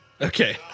Okay